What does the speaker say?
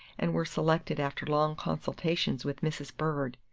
and were selected after long consultations with mrs. bird.